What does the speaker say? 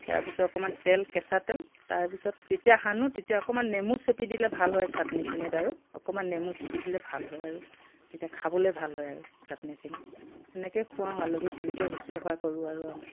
তাৰপিছত অকণমান তেল কেঁচা তেল তাৰপিছত যেতিয়া সানো তেতিয়া অকণমান নেমু চেপি দিলে ভাল হয় ছাটনিখিনিত আৰু অকণমান নেমু চেপি দিলে ভাল হয় আৰু তেতিয়া খাবলৈ ভাল হয় আৰু ছাটনিখিনি তেনেকৈ খোৱাওঁ আলহীক তেনেকৈ শুশ্ৰূষা কৰো আৰু আমি